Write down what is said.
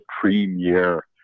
premier